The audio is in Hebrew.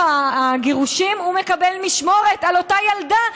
הגירושים הוא מקבל משמורת על אותה ילדה,